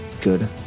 good